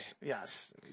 Yes